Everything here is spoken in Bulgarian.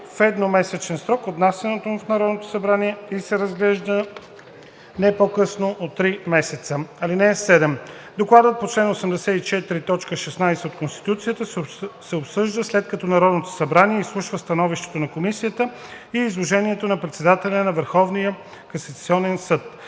в едномесечен срок от внасянето му в Народното събрание и се разглежда не по-късно от три месеца. (7) Докладът по чл. 84, т. 16 от Конституцията се обсъжда, след като Народното събрание изслуша становището на комисията и изложението на председателя на Върховния касационен съд,